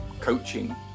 coaching